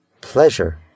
Pleasure